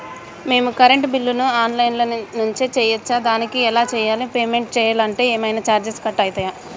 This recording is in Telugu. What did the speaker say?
మేము కరెంటు బిల్లును ఆన్ లైన్ నుంచి చేయచ్చా? దానికి ఎలా చేయాలి? పేమెంట్ చేయాలంటే ఏమైనా చార్జెస్ కట్ అయితయా?